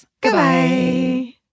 Goodbye